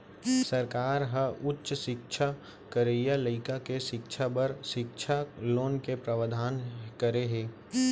सरकार ह उच्च सिक्छा करइया लइका के सिक्छा बर सिक्छा लोन के प्रावधान करे हे